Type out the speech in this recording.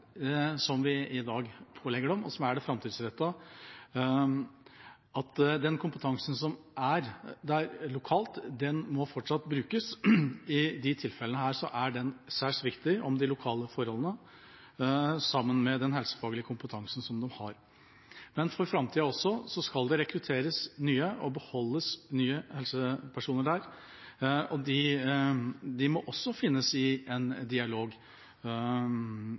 som vi i dag pålegger dem, og som er det framtidsrettede. Den kompetansen som er der lokalt, må fortsatt brukes, og i disse tilfellene er den svært viktig når det gjelder de lokale forholdene, sammen med den helsefaglige kompetansen som de har. Det skal også rekrutteres nytt helsepersonell der, og de må også være med i en dialog